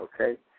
okay